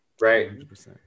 right